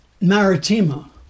Maritima